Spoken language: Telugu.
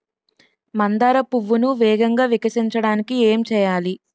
మందార పువ్వును వేగంగా వికసించడానికి ఏం చేయాలి?